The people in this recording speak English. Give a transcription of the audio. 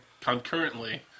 concurrently